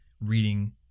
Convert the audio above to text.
reading